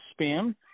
spam